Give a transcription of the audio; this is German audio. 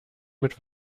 mit